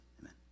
amen